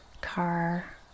car